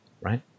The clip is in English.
right